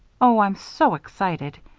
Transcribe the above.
oh, i'm so excited!